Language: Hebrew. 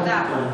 באופן כללי.